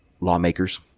lawmakers